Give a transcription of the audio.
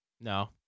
No